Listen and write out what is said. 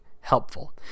helpful